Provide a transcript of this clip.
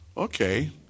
okay